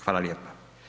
Hvala lijepa.